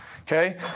Okay